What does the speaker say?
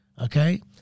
okay